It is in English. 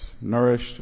nourished